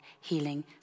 healing